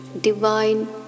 divine